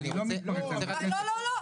ושם אני אסביר את תהליך העבודה של איסוף הנתונים